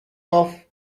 off